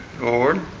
Lord